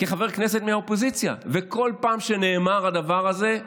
כחבר כנסת מהאופוזיציה, וכל פעם שנאמר הדבר הזה,